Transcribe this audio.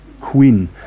queen